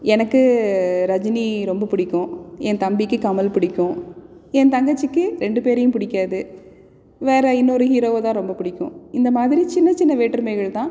எனக்கு ரஜினி ரொம்ப பிடிக்கும் என் தம்பிக்கு கமல் பிடிக்கும் என் தங்கச்சிக்கு ரெண்டு பேரையும் பிடிக்காது வேறு இன்னோரு ஹீரோவைதான் ரொம்பப் பிடிக்கும் இந்தமாதிரி சின்ன சின்ன வேற்றுமைகள்தான்